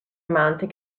mahnte